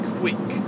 quick